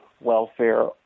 welfare